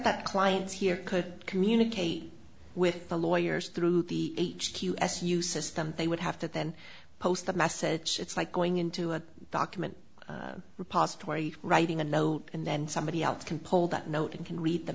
that clients here could communicate with the lawyers through the h q s you system they would have to then post the message it's like going into a document repository writing a note and then somebody else can pull that note and can read the